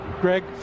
Greg